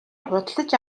худалдаж